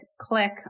click